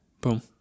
Boom